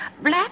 black